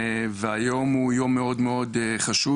והיום הוא יום מאוד מאוד חשוב